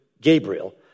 Gabriel